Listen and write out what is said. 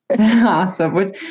awesome